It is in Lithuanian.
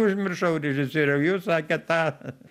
užmiršau režisieriau jūs sakėt tą